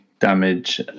damage